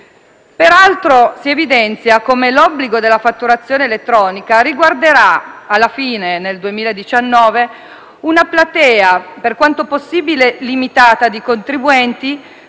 Peraltro, si evidenzia come l'obbligo della fatturazione elettronica riguarderà alla fine, nel 2019, una platea per quanto possibile limitata di contribuenti,